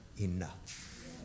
enough